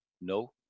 No